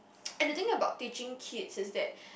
and the thing about teaching kids is that